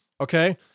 okay